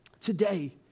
today